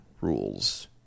rules